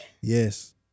Yes